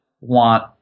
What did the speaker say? want